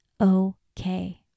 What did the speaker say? okay